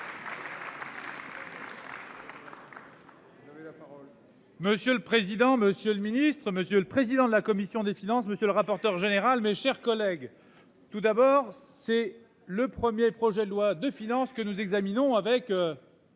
Monsieur le président, Monsieur le Ministre, Monsieur le président de la commission des finances, monsieur le rapporteur général, mes chers collègues. Tout d'abord, c'est le 1er projet de loi de finances que nous examinons avec.